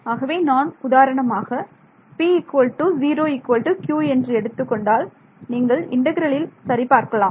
ஆகவே நான் உதாரணமாக p0q என்று எடுத்துக்கொண்டால் நீங்கள் இன்டெக்ரலில் சரி பார்க்கலாம்